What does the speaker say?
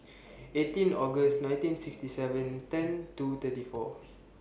eighteen August nineteen sixty seven ten two thirty four